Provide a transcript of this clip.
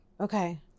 Okay